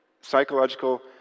psychological